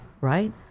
right